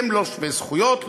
הם לא שווי זכויות,